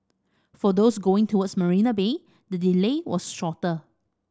for those going towards Marina Bay the delay was shorter